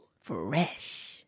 Fresh